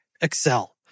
Excel